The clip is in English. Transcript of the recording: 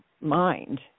mind